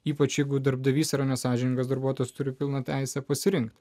ypač jeigu darbdavys yra nesąžiningas darbuotojas turi pilną teisę pasirinkti